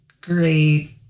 great